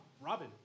Robin